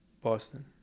Boston